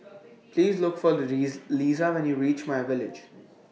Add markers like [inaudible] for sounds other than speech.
Please Look For [unintelligible] Liza when YOU REACH MyVillage